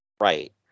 Right